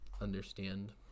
understand